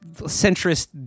centrist